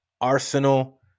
Arsenal